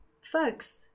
folks